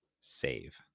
Save